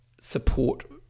support